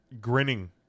grinning